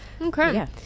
Okay